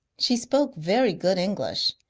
she spoke very good english,